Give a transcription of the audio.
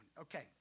Okay